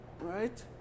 Right